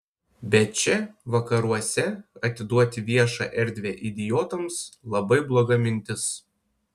bet čia vakaruose atiduoti viešą erdvę idiotams labai bloga mintis